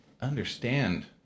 understand